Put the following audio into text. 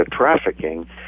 trafficking